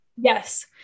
Yes